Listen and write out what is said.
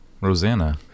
Rosanna